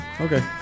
Okay